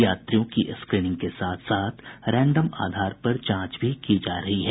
यात्रियों की स्क्रीनिंग के साथ साथ रैंडम आधार पर जांच भी की जा रही है